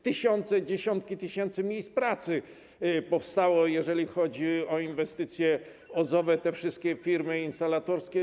Tysiące, dziesiątki tysięcy miejsc pracy powstało, jeżeli chodzi o inwestycje OZE, te wszystkie firmy instalatorskie.